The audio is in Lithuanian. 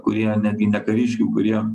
kurie netgi ne kariškių kurie